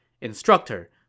Instructor